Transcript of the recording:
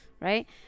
right